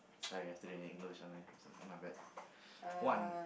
sorry i have to do it in English only I'm so my bad one